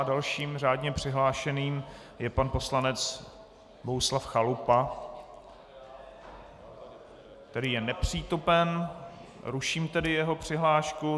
Dalším řádně přihlášeným je pan poslanec Bohuslav Chalupa, který je nepřítomen, ruším tedy jeho přihlášku.